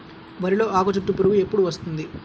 వరిలో ఆకుచుట్టు పురుగు ఎప్పుడు వస్తుంది?